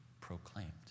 proclaimed